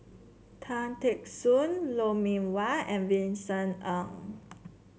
Tan Teck Soon Lou Mee Wah and Vincent Ng